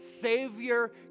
savior